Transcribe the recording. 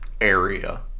area